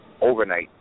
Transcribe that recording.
overnight